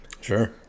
Sure